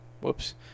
Whoops